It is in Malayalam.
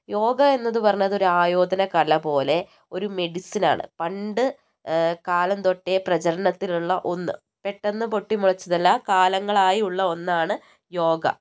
യോഗ എന്നത് പറഞ്ഞത് ഒരു ആയോധന കല പോലെ ഒരു മെഡിസിൻ ആണ് പണ്ട് കാലം തൊട്ടേ പ്രചരണത്തിൽ ഉള്ള ഒന്ന് പെട്ടെന്ന് പൊട്ടി മുളച്ചതല്ല കാലങ്ങളായി ഉള്ള ഒന്നാണ് യോഗ